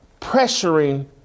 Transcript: pressuring